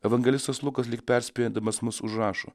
evangelistas lukas lyg perspėdamas mus užrašo